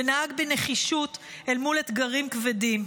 ונהג בנחישות אל מול אתגרים כבדים.